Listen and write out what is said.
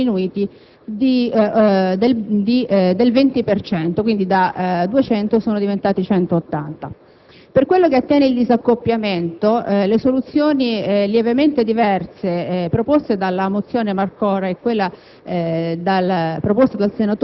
che già nell'ultimo quinquennio sono diminuiti del 20 per cento: da 200 sono diventati 180. Per quello che attiene al disaccoppiamento, le soluzioni lievemente diverse proposte dalla mozione a prima firma